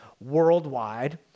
worldwide